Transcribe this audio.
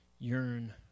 Yearn